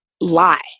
lie